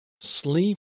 sleep